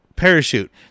Parachute